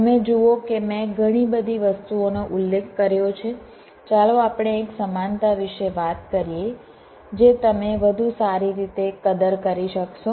તમે જુઓ કે મેં ઘણી બધી વસ્તુઓનો ઉલ્લેખ કર્યો છે ચાલો આપણે એક સમાનતા વિશે વાત કરીએ જે તમે વધુ સારી રીતે કદર કરી શકશો